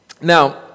Now